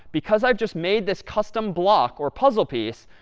because i've just made this custom block or puzzle piece,